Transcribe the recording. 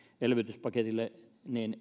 elvytyspaketille